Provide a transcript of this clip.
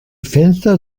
fenster